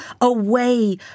away